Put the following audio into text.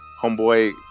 homeboy